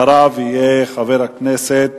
ואחריו יהיה חבר הכנסת